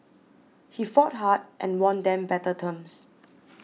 he fought hard and won them better terms